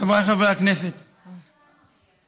חבריי חברי הכנסת, כמי,